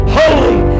holy